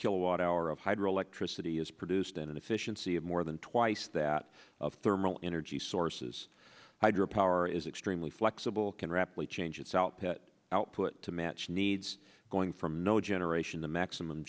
kilowatt hour of hydro electricity is produced in an efficiency of more than twice that of thermal energy sources hydro power is extremely flexible can rapidly change its out that output to match needs going from no generation the maximum